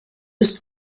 ist